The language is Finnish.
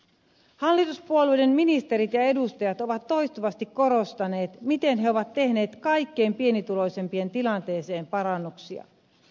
hallituspuolueiden ministerit ja edustajat ovat toistuvasti korostaneet miten he ovat tehneet kaikkein pienituloisimpien tilanteeseen parannuksia